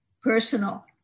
Personal